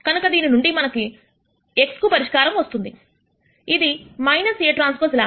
కనుక దీని నుండి మనకు x కు పరిష్కారము వస్తుంది ఇది Aᵀ λ